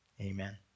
amen